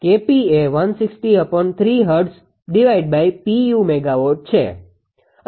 તેથી D1𝐾𝑝 છે